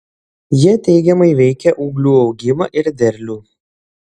jie teigiamai veikia ūglių augimą ir derlių